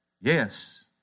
Yes